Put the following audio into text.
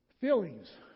Feelings